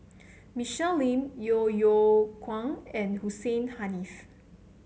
Michelle Lim Yeo Yeow Kwang and Hussein Haniff